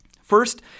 First